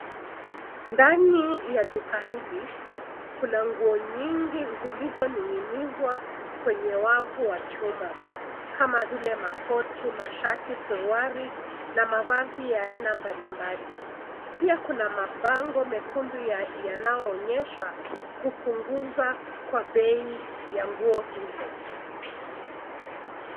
Ndani ya duka hili, kuna nguo nyingi zilizoning'inizwa kwenye wavu wa chuma, kama vile, makoti, mashati, suruali, na mavazi ya aina mbali mbali. Pia kuna mabango mekundu yanayoonyesha kupunguza kwa bei ya nguo hizo.